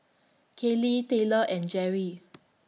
Kayli Taylor and Gerry